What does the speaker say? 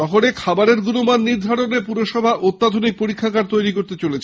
শহরে খাবারের গুণমান নির্ধারণে পুরসভা অত্যাধুনিক পরীক্ষাগার তৈরী করতে চলেছে